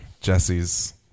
Jesse's